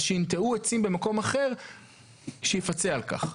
אז שיינטעו עצים במקום אחר שיפצה על כך.